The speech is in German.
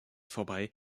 vorbei